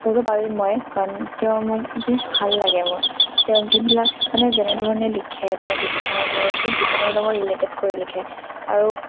পঢ়িব পাৰিম মই কাৰণ তেওঁ মোক বহুত ভাল লাগে মোৰ তেওঁ যিবিলাক মানে যেনেধৰণে লিখে তেওঁৰ লিখাবোৰ তেওঁ জীৱনৰ লগত ৰিলেটেড কৰি লিখে আৰু